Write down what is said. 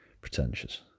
pretentious